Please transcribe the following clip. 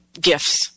gifts